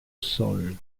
sol